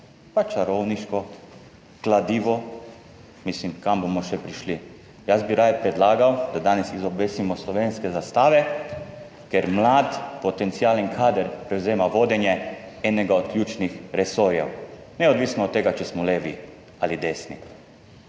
pa čarovniško kladivo. Mislim, kam bomo še prišli? Jaz bi raje predlagal, da danes izobesimo slovenske zastave, ker mlad potencialen kader prevzema vodenje enega od ključnih resorjev, neodvisno od tega, če smo levi ali desni